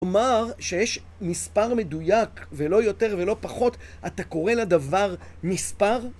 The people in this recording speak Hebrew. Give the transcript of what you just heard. כלומר, שיש מספר מדויק, ולא יותר ולא פחות, אתה קורא לדבר מספר?